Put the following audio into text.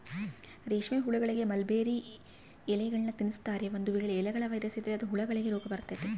ರೇಷ್ಮೆಹುಳಗಳಿಗೆ ಮಲ್ಬೆರ್ರಿ ಎಲೆಗಳ್ನ ತಿನ್ಸ್ತಾರೆ, ಒಂದು ವೇಳೆ ಎಲೆಗಳ ವೈರಸ್ ಇದ್ರ ಅದು ಹುಳಗಳಿಗೆ ರೋಗಬರತತೆ